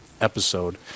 episode